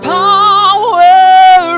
power